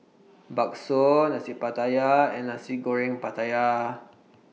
Bakso Nasi Pattaya and Nasi Goreng Pattaya